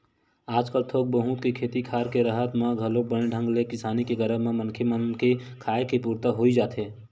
आजकल थोक बहुत के खेती खार के राहत म घलोक बने ढंग ले किसानी के करब म मनखे मन के खाय के पुरता होई जाथे